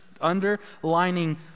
underlining